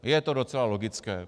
Je to docela logické.